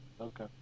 Okay